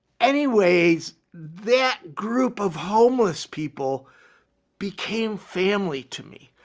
anyways, that group of homeless people became family to me.